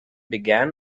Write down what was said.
began